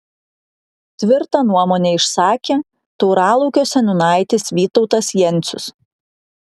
tvirtą nuomonę išsakė tauralaukio seniūnaitis vytautas jencius